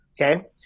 Okay